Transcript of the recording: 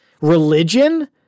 Religion